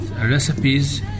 recipes